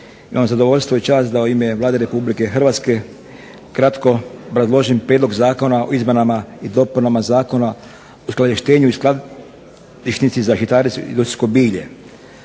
Imam zadovoljstvo i čast da u ime Vlade RH kratko obrazložim prijedlog Zakona o izmjenama i dopunama Zakona o uskladištenju i skladišnici za žitarice i industrijsko bilje.